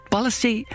Policy